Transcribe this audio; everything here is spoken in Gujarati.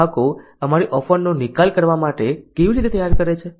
ગ્રાહકો અમારી ઓફરનો નિકાલ કરવા માટે કેવી રીતે તૈયાર છે